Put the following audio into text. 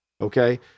okay